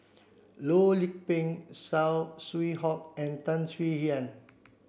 Loh Lik Peng Saw Swee Hock and Tan Swie Hian